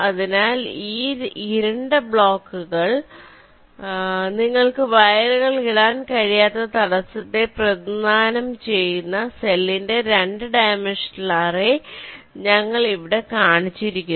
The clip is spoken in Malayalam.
അതിനാൽ ഈ ഇരുണ്ട ബ്ലോക്കുകൾ നിങ്ങൾക്ക് വയറുകൾ ഇടാൻ കഴിയാത്ത തടസ്സത്തെ പ്രതിനിധാനം ചെയ്യുന്ന സെല്ലിന്റെ 2 ഡൈമൻഷണൽ അറേ ഞങ്ങൾ ഇവിടെ കാണിച്ചിരിക്കുന്നു